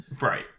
Right